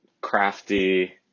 crafty